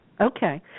Okay